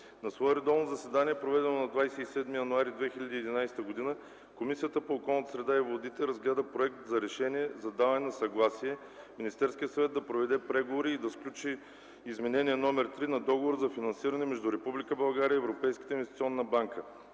На свое редовно заседание, проведено на 27 януари 2011 г., Комисията по околната среда и водите разгледа Проект за решение за даване на съгласие Министерският съвет да проведе преговори и да сключи Изменение № 3 на Договора за финансиране между Република България и Европейската инвестиционна банка